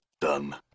Done